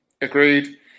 Agreed